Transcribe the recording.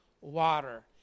water